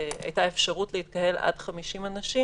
הייתה אפשרות להתקהל עד 50 אנשים,